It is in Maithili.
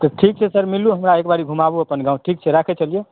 हँ तऽ ठीक छै सर मिलु हमरा एकबरी घुमाबू अपन सारा गाँव ठीक छै राखै छियै तऽ